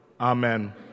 Amen